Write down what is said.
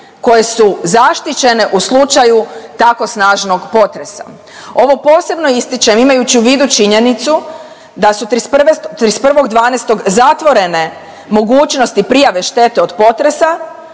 koje su zaštićene u slučaju tako snažnog potresa. Ovo posebno ističem imajući u vidu činjenicu da su 31.12. zatvorene mogućnosti prijave štete od potresa